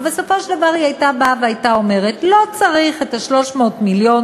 ובסופו של דבר היא הייתה באה ואומרת: לא צריך את 300 המיליון.